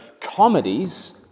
comedies